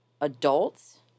adults